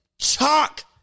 Chalk